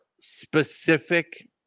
specific